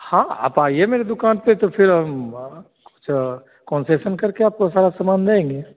हाँ आप आइए मेरे दुकान पर तो फ़िर हम अच्छा कॉन्सेशन करके आपको सारा सामान देंगे